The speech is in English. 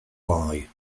lie